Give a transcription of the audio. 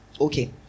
Okay